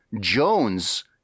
Jones